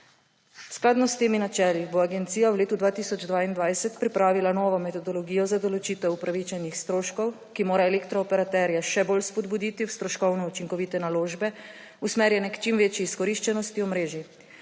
Skladno s temi načeli bo agencija v letu 2022 pripravila novo metodologijo za določitev upravičenih stroškov, ki morajo elektrooperaterje še bolj spodbuditi v stroškovno učinkovite naložbe, usmerjene k čim večji izkoriščenosti omrežij.